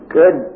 good